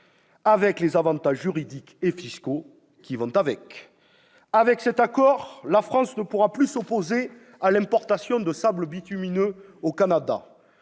avec les avantages juridiques et fiscaux qui vont avec. En vertu de cet accord, la France ne pourra plus s'opposer à l'importation de sables bitumineux du Canada.